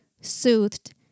soothed